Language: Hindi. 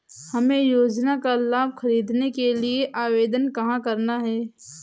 हमें योजना का लाभ ख़रीदने के लिए आवेदन कहाँ करना है?